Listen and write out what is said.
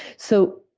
so,